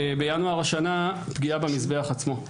ובינואר השנה פגיעה במזבח עצמו.